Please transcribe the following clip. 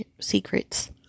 Secrets